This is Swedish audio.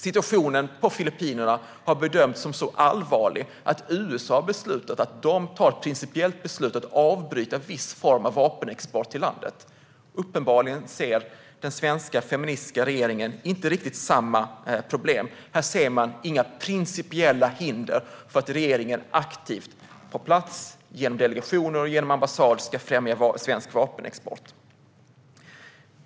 Situationen i Filippinerna har bedömts som så allvarlig att USA har fattat ett principiellt beslut av avbryta viss form av vapenexport till landet. Uppenbarligen ser den svenska feministiska regeringen inte riktigt samma problem. Här ser man inga principiella hinder för att regeringen aktivt på plats genom delegationer och ambassad ska främja svensk vapenexport.